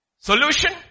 Solution